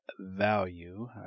value